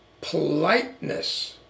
politeness